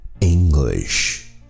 English